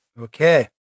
Okay